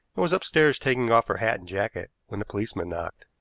was upstairs taking off her hat and jacket when the policeman knocked.